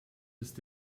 ist